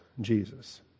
Jesus